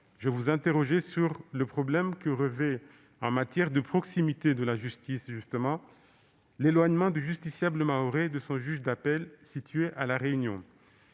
je vous ai interrogé sur le problème que constitue, en matière de proximité de la justice, l'éloignement du justiciable mahorais de son juge d'appel, situé à La Réunion.